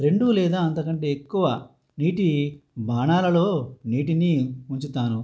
రెండు లేదా అంతకంటే ఎక్కువ నీటి బాణాలలో నీటిని ఉంచుతాను